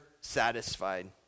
satisfied